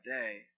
day